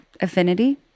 affinity